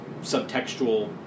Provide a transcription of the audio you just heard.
Subtextual